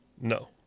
No